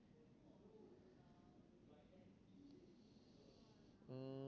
mm